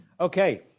Okay